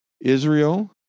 Israel